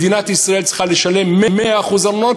מדינת ישראל צריכה לשלם 100% ארנונה,